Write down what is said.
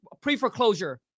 pre-foreclosure